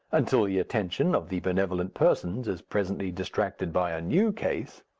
until the attention of the benevolent persons is presently distracted by a new case.